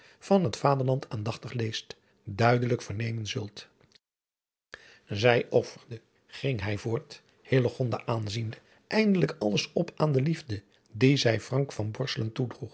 van het vaderland aandachtig leest duidelijk vernemen zult zij offerde ging hij voort hillegonda aanziende eindelijk alles op aan de liefde die zij